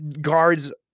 guards